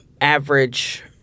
average